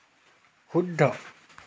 শুদ্ধ